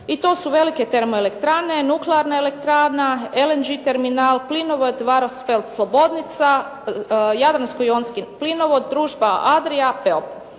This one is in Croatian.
i to su velike termoelektrane, nuklearna elektrana, LNG terminal, plinovod Varosfold-Slobodnica, Jadransko-jonski plinovod, družba Adria, PEOP.